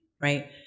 right